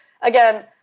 again